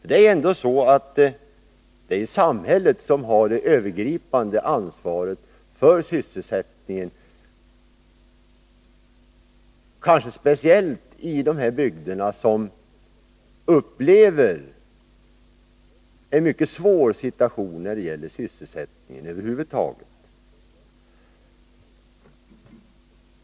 Det är ju så att samhället har det övergripande ansvaret för sysselsättningen, kanske speciellt i dessa bygder som upplever en mycket svår situation när det gäller sysselsättningen över huvud taget.